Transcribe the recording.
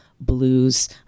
blues